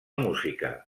música